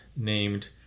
named